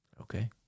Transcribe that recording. Okay